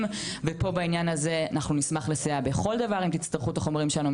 ופה בעניין הזה אנחנו נשמח לסייע בכל דבר אם תצטרכו את החומרים שלנו.